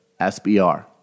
SBR